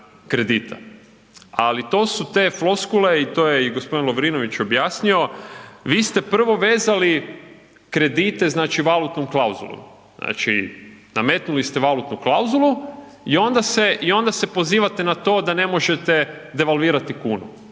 ali to su te floskule i to je i g. Lovrinović objasnio, vi ste prvo vezali kredite, znači valutnom klauzulom, znači nametnuli ste valutnu klauzulu i onda se, i onda se pozivate na to da ne možete devalvirati kunu,